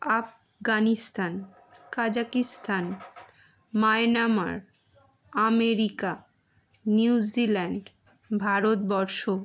Afghanistan Kazakhstan Myanmar America New Zealand Bharatvarsha